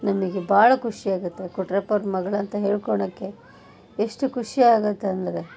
ನಮಗೆ ಭಾಳ ಖುಷಿಯಾಗುತ್ತೆ ಕೊಟ್ರಪ್ಪವ್ರ ಮಗ್ಳು ಅಂತ ಹೇಳ್ಕೋಳೋಕೆ ಎಷ್ಟು ಖುಷಿಯಾಗುತ್ತೆ ಅಂದರೆ